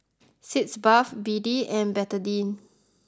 Sitz Bath B D and Betadine